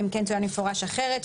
אלא אם כן צוין במפורש אחרת.